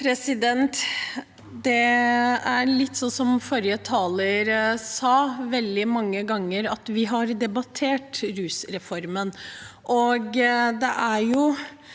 Det er, som forrige taler sa, veldig mange ganger vi har debattert rusreformen.